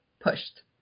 pushed